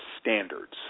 standards